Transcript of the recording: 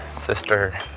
sister